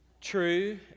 true